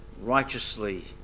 righteously